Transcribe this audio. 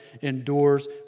endures